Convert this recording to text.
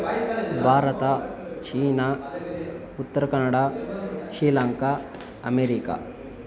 Bharat China Uttara Kannada Sri Lanka America